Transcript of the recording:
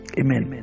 amen